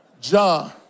John